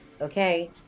Okay